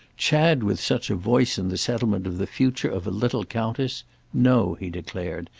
chad with such a voice in the settlement of the future of little countess no, he declared,